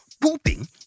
Pooping